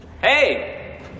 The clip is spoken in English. Hey